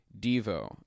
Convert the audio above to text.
Devo